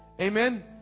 Amen